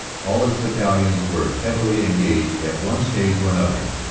all its battalions were heavily engaged at one stage or another,